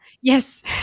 yes